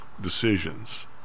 decisions